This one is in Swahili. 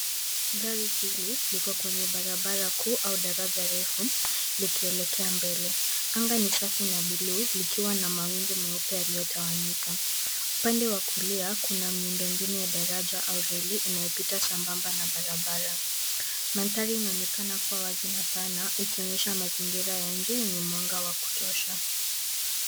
Gari hili liko kwenye barabara kuu au daraja refu likielekea mbele. Anga ni safi na bluu likiwa na mawingu meupe yaliyotawanyika. Upande wa kulia kuna miundombinu ya daraja au reli inayopita sambamba na barabara. Mandhari inaonekana kuwa wazi na pana ikionyesha mazingira ya nje yenye mwanga wa kutosha.